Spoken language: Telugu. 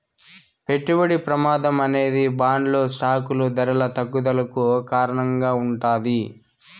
పెట్టుబడి ప్రమాదం అనేది బాండ్లు స్టాకులు ధరల తగ్గుదలకు కారణంగా ఉంటాది